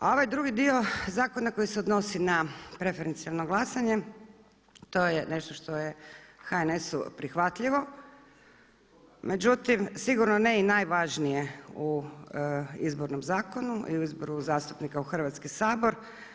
A ovaj drugi dio zakona koji se odnosi na preferencijalno glasanje to je nešto što je HNS-u prihvatljivo, međutim, sigurno ne i najvažnije u izbornom zakonu i u izboru zastupnika u Hrvatski sabor.